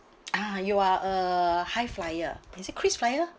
ah you are a high flyer is it krisflyer